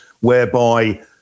whereby